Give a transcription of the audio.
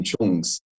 Chung's